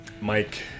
Mike